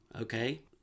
Okay